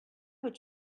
would